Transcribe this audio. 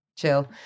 chill